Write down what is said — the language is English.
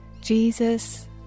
Jesus